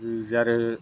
જ્યારે